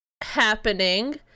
happening